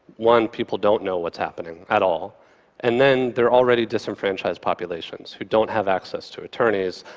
one, people don't know what's happening at all and then they're already disenfranchised populations who don't have access to attorneys,